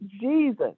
Jesus